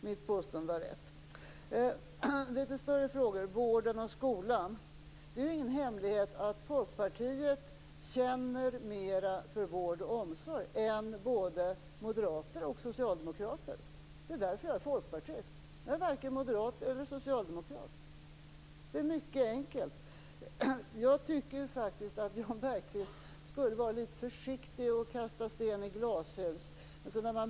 Beträffande de litet större frågorna om vården och skolan är det ingen hemlighet att Folkpartiet känner mera för vård och omsorg än både moderater och socialdemokrater. Det är därför som jag är folkpartist och inte moderat eller socialdemokrat. Det är mycket enkelt. Jag tycker faktiskt att Jan Bergqvist borde vara litet försiktig med att kasta sten i glashus.